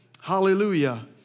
Hallelujah